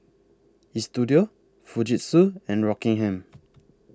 Istudio Fujitsu and Rockingham